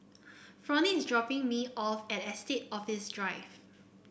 Fronie is dropping me off at Estate Office Drive